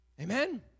Amen